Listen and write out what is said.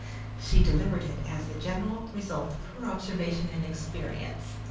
she delivered it as the general result of her observation and experience,